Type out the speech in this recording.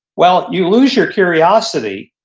well, you lose your curiosity.